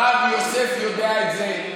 הרב יוסף יודע את זה,